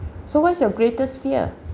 so what is your greatest fear